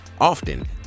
often